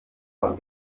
von